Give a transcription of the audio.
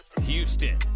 Houston